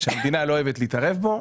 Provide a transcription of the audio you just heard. שהמדינה לא אוהבת להתערב בו,